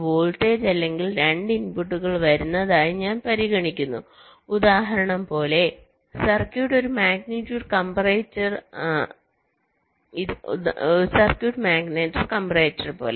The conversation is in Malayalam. ഒരു വോൾട്ടേജ് അല്ലെങ്കിൽ 2 ഇൻപുട്ടുകൾ വരുന്നതായി ഞാൻ പരിഗണിക്കുന്ന ഉദാഹരണം പോലെ സർക്യൂട്ട് ഒരു മാഗ്നിറ്റ്യൂഡ് കംപറേറ്റർ